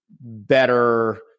better